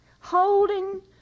holding